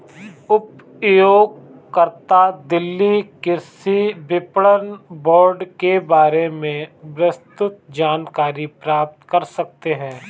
उपयोगकर्ता दिल्ली कृषि विपणन बोर्ड के बारे में विस्तृत जानकारी प्राप्त कर सकते है